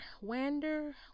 Wander